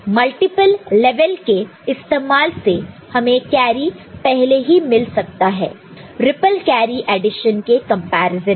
multiple level के इस्तेमाल से हमें कैरी पहले ही मिल सकता है रिप्पल कैरी एडिशन के कंपैरिजन में